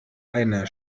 eine